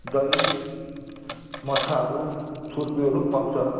दही मठ्ठाहरू छुर्पीहरू पाउँछ